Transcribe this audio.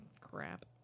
Crap